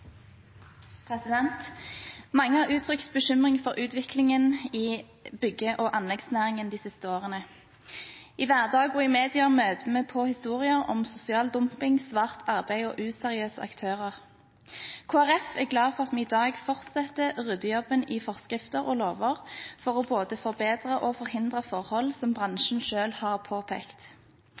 Mange har uttrykt bekymring for utviklingen i bygge- og anleggsnæringen de siste årene. I hverdagen og i media møter vi på historier om sosial dumping, svart arbeid og useriøse aktører. Kristelig Folkeparti er glad for at vi i dag fortsetter ryddejobben i forskrifter og lover for både å forbedre og forhindre forhold som bransjen selv har påpekt.